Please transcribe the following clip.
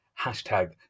Hashtag